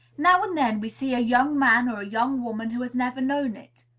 now and then we see a young man or young woman who has never known it.